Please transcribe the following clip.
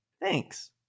Thanks